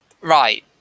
Right